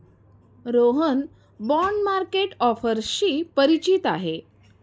Rohan bond market ऑफर्सशी परिचित आहे